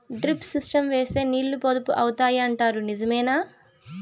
Drip system వేస్తే నీళ్లు పొదుపు అవుతాయి అంటారు నిజమేనా?